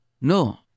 no